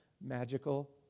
magical